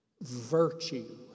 Virtue